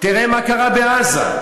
תראה מה קרה בעזה.